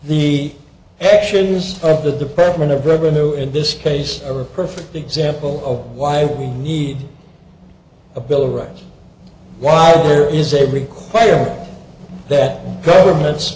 the actions of the department of revenue in this case are a perfect example of why we need a bill of rights while there is a requirement that government